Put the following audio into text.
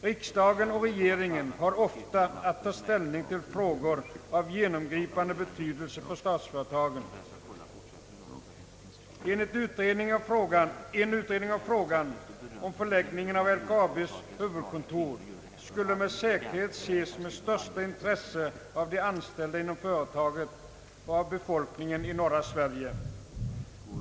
Riksdag och regering har ofta att ta ställning till frågor av genomgripande betydelse för statsföretag. En utredning av frågan om förläggningen av LKAB:s huvudkontor skulle med säkerhet ses med största intresse av de anställda inom LKAB och av befolkningen i norra Sverige.